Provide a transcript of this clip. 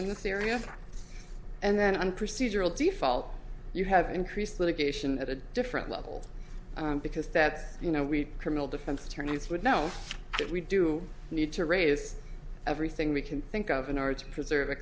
in this area and then on procedural default you have increased litigation at a different level because that's you know we criminal defense attorneys would know that we do need to raise everything we can think of an arts preserve